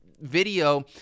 video